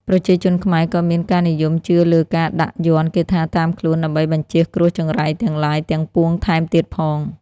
ប្រជាជនខ្មែរក៏មានការនិយមជឿលើការដាក់យ័ន្តគាថាតាមខ្លួនដើម្បីបញ្ចៀសគ្រោះចង្រៃទាំងឡាយទាំងពួងថែមទៀតផង